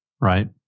right